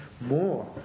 more